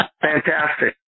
Fantastic